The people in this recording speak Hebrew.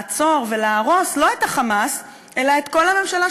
לעצור ולהרוס לא את ה"חמאס" אלא את כל הממשלה,